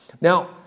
Now